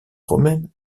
romaine